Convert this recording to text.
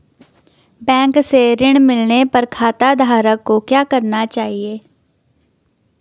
Bank से ऋण मिलने पर खाताधारक को क्या करना चाहिए?